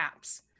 apps